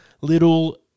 little